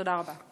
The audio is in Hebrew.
תודה רבה.